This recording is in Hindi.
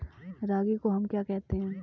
रागी को हम क्या कहते हैं?